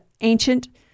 ancient